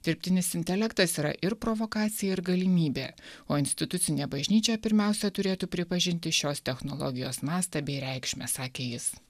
dirbtinis intelektas yra ir provokacija ir galimybė o institucinė bažnyčia pirmiausia turėtų pripažinti šios technologijos mastą bei reikšmę sakė jis